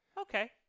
okay